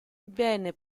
venne